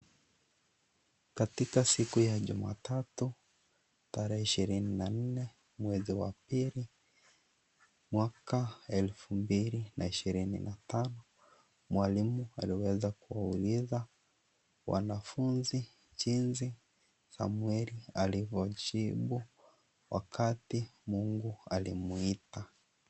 Katika siku ya Jumatatu tarehe ishirini na nne mwezi wa pili mwaka elfu mbili na ishirini na tano mwalimu aliweza kuwauliza wanafunzi jinsi Samueli alivojibu wakati Mungu alimuita.